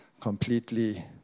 completely